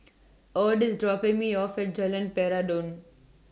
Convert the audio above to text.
Ed IS dropping Me off At Jalan Peradun